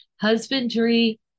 husbandry